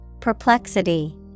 Perplexity